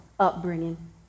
upbringing